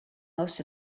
most